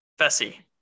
Fessy